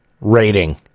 rating